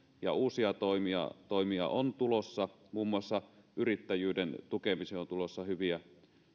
ja uusia toimia toimia on tulossa muun muassa yrittäjyyden tukemiseen on tulossa hyviä